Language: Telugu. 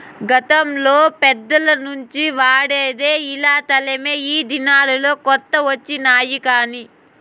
గతంలో పెద్దల నుంచి వాడేది ఇలా తలమే ఈ దినాల్లో కొత్త వచ్చినాయి కానీ